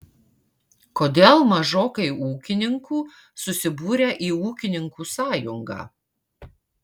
kodėl mažokai ūkininkų susibūrę į ūkininkų sąjungą